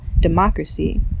democracy